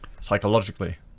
psychologically